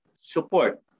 support